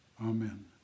Amen